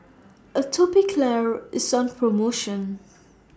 Atopiclair IS on promotion